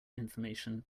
information